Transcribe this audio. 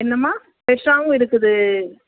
என்னம்மா ஃப்ரெஷ்ஷாகவும் இருக்குது